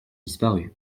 disparu